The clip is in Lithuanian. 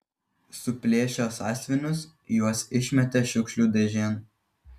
suplėšę sąsiuvinius juos išmetė šiukšlių dėžėn